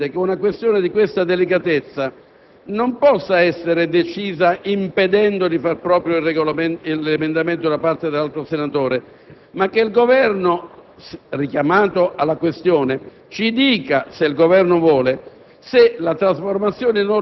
Questo è il punto delicato che in questo momento si deve discutere. È ovvio che il Governo può dire a qualunque presentatore che, se ritira l'emendamento lo accoglierà come ordine del giorno, lo capisco, ma è ovvio anche che il Governo non può espropriare gli altri senatori della facoltà di far proprio